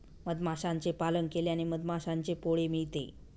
मधमाशांचे पालन केल्याने मधमाशांचे पोळे मिळते